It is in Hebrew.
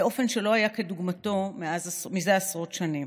באופן שלא היה כדוגמתו זה עשרות שנים.